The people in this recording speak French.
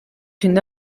une